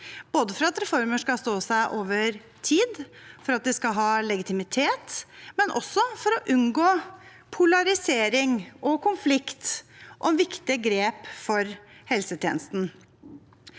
både for at reformer skal stå seg over tid, for at de skal ha legitimitet, og også for å unngå polarisering og konflikt om viktige grep for helsetjenesten.